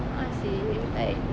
a'ah seh it's like